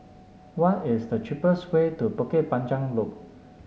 what is the cheapest way to Bukit Panjang Loop